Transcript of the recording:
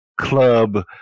club